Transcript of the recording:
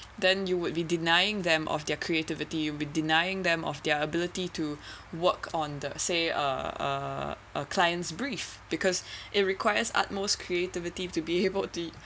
then you would be denying them of their creativity you'd be denying them of their ability to work on the say uh a client's brief because it requires utmost creativity to be able